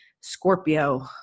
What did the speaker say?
Scorpio